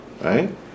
right